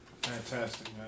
Fantastic